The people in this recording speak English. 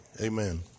amen